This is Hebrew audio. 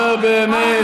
נו, באמת,